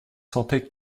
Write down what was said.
sentaient